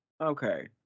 Okay